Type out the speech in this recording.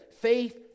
faith